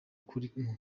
kuri